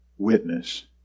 witness